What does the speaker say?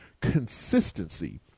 Consistency